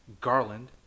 Garland